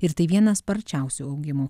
ir tai vienas sparčiausių augimų